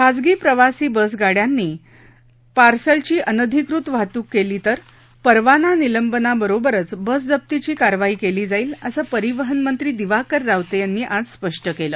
खाजगी प्रवासी बसगाडयांनी पार्सलची अनधिकृत वाहतूक केली तर परवाना निलंबनाबरोबरच बसजप्तीची कारवाई केली जाईल असं परिवहन मंत्री दिवाकर रावते यांनी आज स्पष्ट केलं